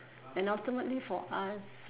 and ultimately for us